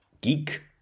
geek